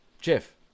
jeff